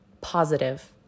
positive